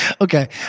okay